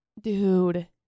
Dude